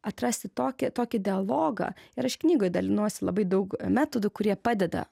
atrasti tokį tokį dialogą ir aš knygoj dalinuosi labai daug metodų kurie padeda